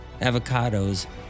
Avocados